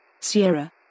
Sierra